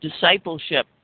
Discipleship